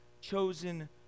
chosen